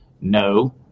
No